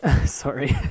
Sorry